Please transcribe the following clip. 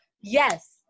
Yes